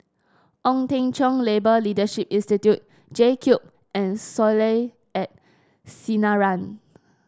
Ong Teng Cheong Labour Leadership Institute JCube and Soleil at Sinaran